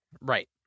Right